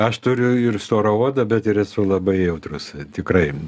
aš turiu ir storą odą bet ir esu labai jautrus tikrai